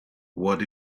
what